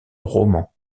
roman